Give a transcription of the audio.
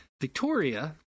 Victoria